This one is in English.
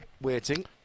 waiting